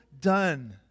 done